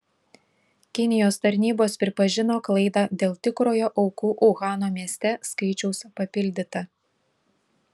kinijos tarnybos pripažino klaidą dėl tikrojo aukų uhano mieste skaičiaus papildyta